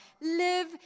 live